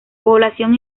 población